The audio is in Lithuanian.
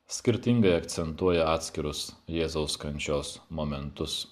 skirtingai akcentuoja atskirus jėzaus kančios momentus